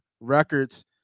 records